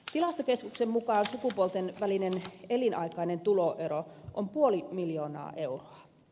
tilastokeskuksen mukaan sukupuolten välinen elinaikainen tuloero on puoli miljoonaa euroa